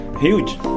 huge